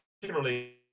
particularly